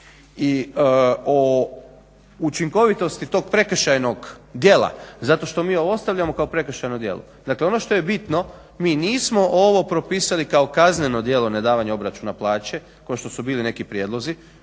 i o učinkovitosti tog prekršajnog djela. Zato što mi ovo ostavljamo kao prekršajno djelo. Dakle, ono što je bitno mi nismo ovo propisali kao kazneno djelo nedavanja obračuna plaće kao što su bili neki prijedlozi,